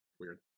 weird